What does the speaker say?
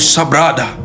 Sabrada